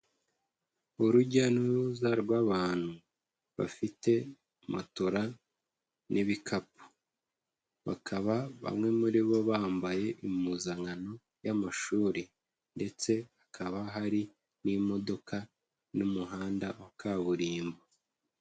Urujya n'uruza rw'abantu bafite matola n'ibikapu. Bakaba bamwe muri bo bambaye impuzankano y'amashuri, ndetse hakaba hari n'imodoka n'umuhanda wa kaburimbo.